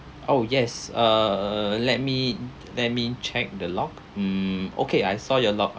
oh yes uh let me let me check the log mm okay I saw your log